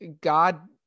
God